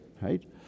right